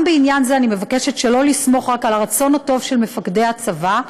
גם בעניין הזה אני מבקשת שלא לסמוך רק על הרצון הטוב של מפקדי הצבא,